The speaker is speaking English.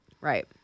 Right